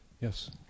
Yes